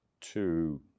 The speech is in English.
two